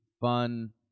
fun